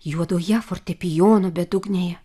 juodoje fortepijono bedugnėje